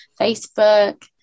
Facebook